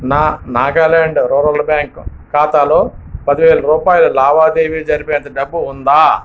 నా Nagaland rural bank ఖాతాలో పది వేల రూపాయల లావాదేవీ జరిపేంత డబ్బు ఉందా